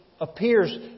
appears